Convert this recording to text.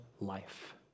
life